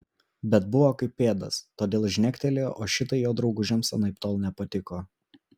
bet buvo kaip pėdas todėl žnektelėjo o šitai jo draugužiams anaiptol nepatiko